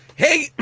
hey,